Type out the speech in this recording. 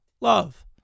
love